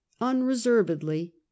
unreservedly